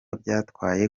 byatwaye